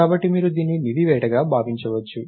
కాబట్టి మీరు దీన్ని నిధి వేటగా భావించవచ్చు